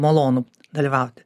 malonu dalyvauti